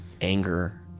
anger